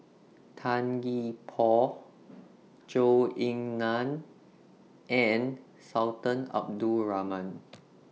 Tan Gee Paw Zhou Ying NAN and Sultan Abdul Rahman